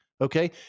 okay